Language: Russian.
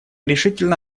решительно